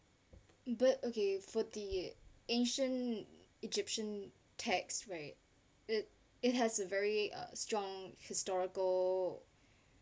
but okay for the ancient egyptian text right it it has a very uh strong historical